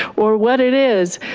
or what it is.